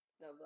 No